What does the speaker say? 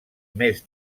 més